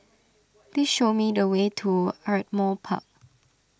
please show me the way to Ardmore Park